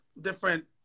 different